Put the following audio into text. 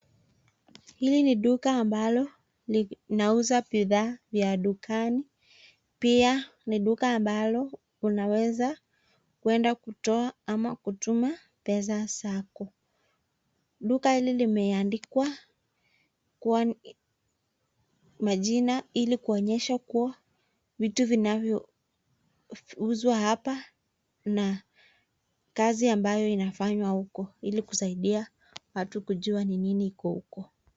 Hili ni duka ambalo linauza bidhaa za dukani, pia ni duka ambalo unaweza kuenda kutoa ama kutuma pesa zako. Duka hili limeandikwa kwa majina ili kuonyesha kuwa vitu vinavyouzwa hapa na kazi ambayo inafanywa huko ili kusaidia watu kujua ni nini iko huko.